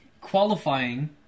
Qualifying